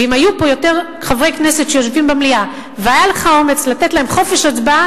ואם היו פה יותר חברי כנסת במליאה והיה לך אומץ לתת להם חופש הצבעה,